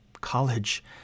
college